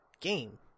game